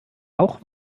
auch